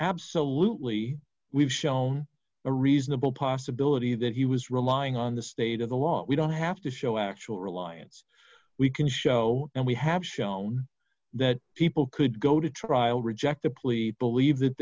absolutely we've shown a reasonable possibility that he was relying on the state of the law we don't have to show actual reliance we can show and we have shown that people could go to trial reject the plea believe that